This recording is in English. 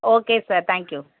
okay sir thank you